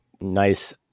nice